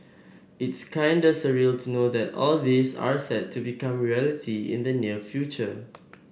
it's kinda surreal to know that all this are set to become reality in the near future